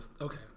okay